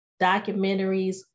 documentaries